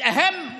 והחשוב ביותר,